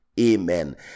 Amen